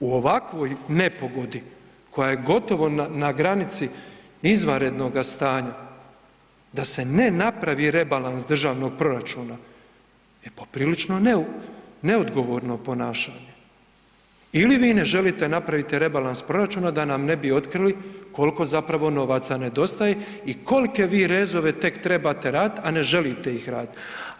U ovakvoj nepogodi koja je gotovo na granici izvanrednoga stanja da se ne napravi rebalans državnog proračuna je poprilično neodgovorno ponašanje ili vi ne želite napraviti rebalans proračuna da nam ne bi otkrili koliko zapravo novaca nedostaje i kolike vi rezove tek trebate raditi, a ne želite iz raditi.